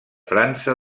frança